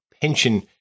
pension